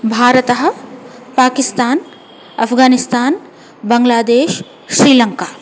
Bharat Pakistan Afghanistan Bangladesh Sri Lanka